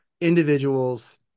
individuals